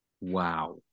Wow